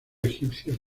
egipcios